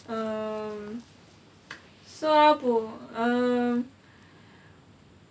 um so abu um